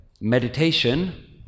meditation